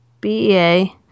BEA